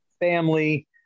family